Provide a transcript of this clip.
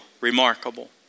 remarkable